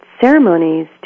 ceremonies